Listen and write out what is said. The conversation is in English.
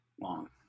long